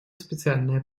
специальные